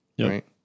right